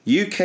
UK